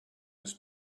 his